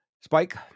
Spike